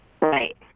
Right